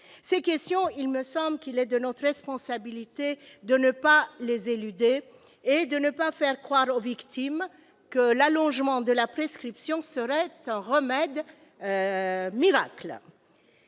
Ces questions, il me semble qu'il est de notre responsabilité de ne pas les éluder. Nous ne devons pas faire croire aux victimes que l'allongement de la prescription serait un remède miracle.